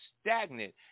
stagnant